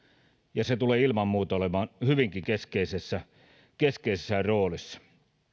ja se tulee ilman muuta olemaan hyvinkin keskeisessä keskeisessä roolissa